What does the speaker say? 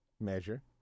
measure